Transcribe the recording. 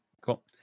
Cool